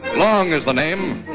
long is the name,